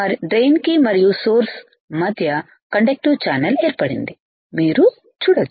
drain కి మరియు source మధ్య కండక్టీవ్ ఛానల్ ఏర్పడింది మీరు చూడొచ్చు